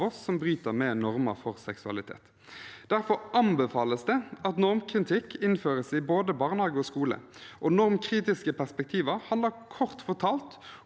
som bryter med normer for seksualitet. Derfor anbefales det at normkritikk innføres i både barnehage og skole. Normkritiske perspektiver handler kort fortalt om